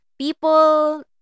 People